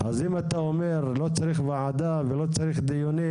אז אם אתה אומר שלא צריך ועדה ולא צריך דיונים